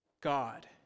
God